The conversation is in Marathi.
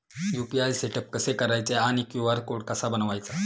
यु.पी.आय सेटअप कसे करायचे आणि क्यू.आर कोड कसा बनवायचा?